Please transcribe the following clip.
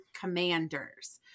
Commanders